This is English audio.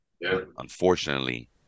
Unfortunately